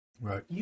right